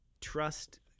trust